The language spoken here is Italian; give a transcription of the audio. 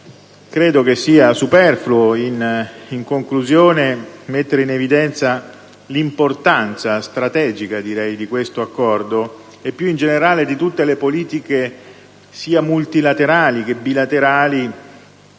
Credo sia superfluo mettere in evidenza l'importanza strategica di questo Accordo e, più in generale, di tutte le politiche sia multilaterali, sia bilaterali